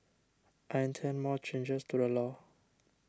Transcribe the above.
I intend more changes to the law